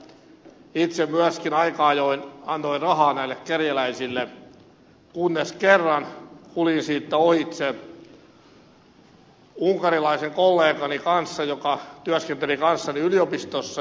itse myöskin aika ajoin annoin rahaa näille kerjäläisille kunnes kerran kuljin siitä ohitse unkarilaisen kollegani kanssa joka työskenteli kanssani yliopistossa